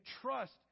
trust